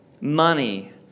money